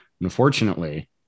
Unfortunately